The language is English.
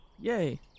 Yay